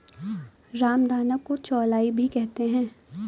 रामदाना को चौलाई भी कहते हैं